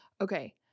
Okay